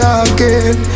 again